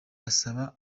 asaba